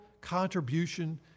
contribution